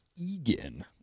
Egan